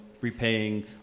repaying